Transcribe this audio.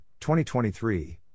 2023